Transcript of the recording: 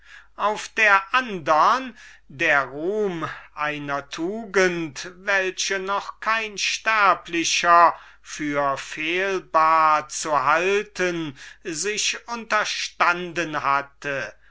auf der andern der glänzende ruhm einer tugend welche noch kein sterblicher für fehlbar zu halten sich unterstanden hatte